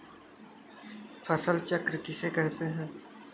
फसल चक्र किसे कहते हैं?